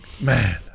man